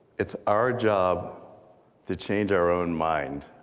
it's our job to change our own mind